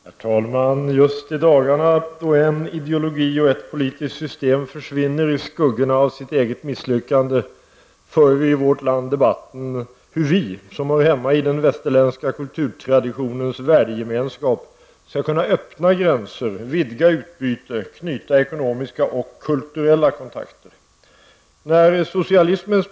Herr talman! Just i de dagar då en ideologi och ett politiskt system försvinner i skuggorna av sitt eget misslyckande för vi i vårt land debatten hur vi, som hör hemma i den västerländska kulturtraditionens värdegemenskap, skall kunna öppna gränser, vidga utbyte, knyta ekonomiska och kulturella kontakter.